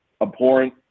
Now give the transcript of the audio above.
abhorrent